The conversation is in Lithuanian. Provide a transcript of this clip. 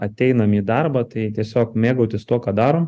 ateinam į darbą tai tiesiog mėgautis tuo ką darom